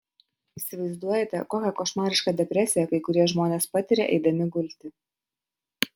įsivaizduojate kokią košmarišką depresiją kai kurie žmonės patiria eidami gulti